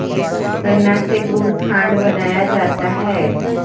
गन्ना से गुड़ खांड बनाया जाता है